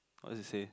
what does it say